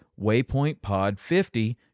WaypointPod50